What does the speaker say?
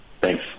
Thanks